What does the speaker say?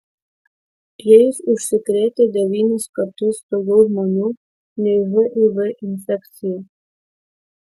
jais užsikrėtę devynis kartus daugiau žmonių nei živ infekcija